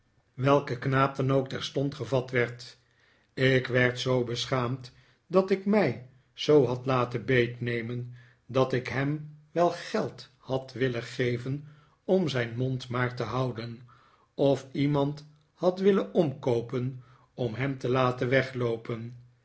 welke knaap dan ook terstond gevat werd ik werd zoo beschaamd dat ik mij zoo had laten beetnemen dat ik hem wel geld had willen geven om zijn mond maar te houden of iemand had willen omkoopen om hem te laten wegloopen